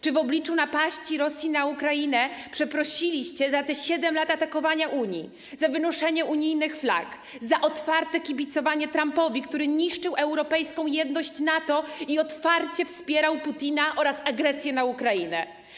Czy w obliczu napaści Rosji na Ukrainę przeprosiliście za te 7 lat atakowania Unii, za wynoszenie unijnych flag, za otwarte kibicowanie Trumpowi, który niszczył europejską jedność NATO i otwarcie wspierał Putina oraz agresję na Ukrainę?